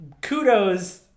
kudos